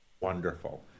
Wonderful